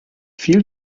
viel